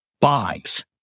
buys